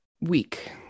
week